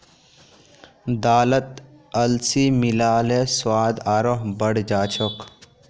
दालत अलसी मिला ल स्वाद आरोह बढ़ जा छेक